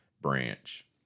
branch